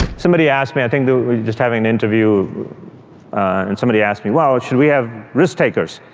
somebody asked me, i think we were just having an interview and somebody asked me, well, should we have risk takers?